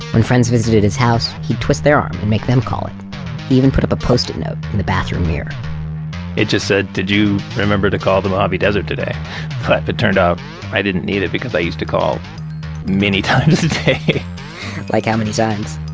when friends visited his house, he'd twist their um and make them call it. he even put up a post-it note on the bathroom mirror it just said, did you remember to call the mojave desert today? but it turned out i didn't need it because i used to call many times a day like how many times?